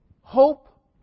hope